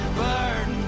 burn